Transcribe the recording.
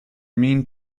mean